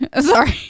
sorry